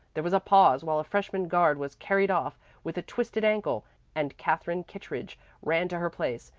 there was a pause while a freshman guard was carried off with a twisted ankle and katherine kittredge ran to her place.